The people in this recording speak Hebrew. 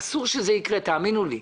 אסור שזה יקרה, תאמינו לי.